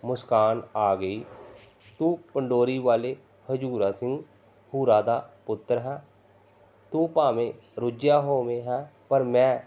ਮੁਸਕਾਨ ਆ ਗਈ ਤੂੰ ਪੰਡੋਰੀ ਵਾਲੇ ਹਜੂਰਾ ਸਿੰਘ ਭੂਰਾ ਦਾ ਪੁੱਤਰ ਹੈ ਤੂੰ ਭਾਵੇਂ ਰੁੱਝਿਆ ਹੋਵੇਗਾ ਪਰ ਮੈਂ